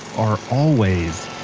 are always